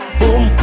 boom